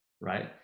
right